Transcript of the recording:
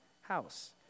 house